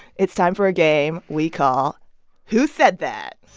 it's time for a game we call who said that